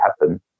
happen